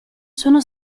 sono